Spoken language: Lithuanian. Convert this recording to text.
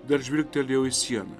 dar žvilgtelėjau į sieną